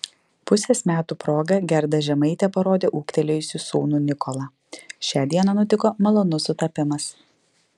pusės metų proga gerda žemaitė parodė ūgtelėjusį sūnų nikolą šią dieną nutiko malonus sutapimas